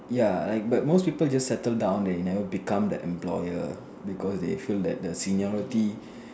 ya like but most people just settle down they never become the employer because they feel that the seniority